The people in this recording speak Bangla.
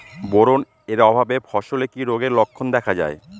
বোরন এর অভাবে ফসলে কি রোগের লক্ষণ দেখা যায়?